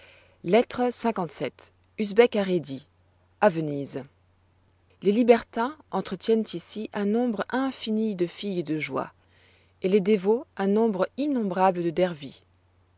lettre lvii usbek à rhédi à venise l es libertins entretiennent ici un nombre infini de filles de joie et les dévots un nombre innombrable de dervis